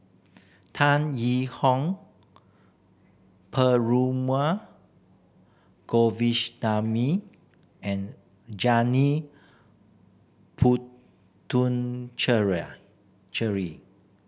Tan Yee Hong Perumal and Janil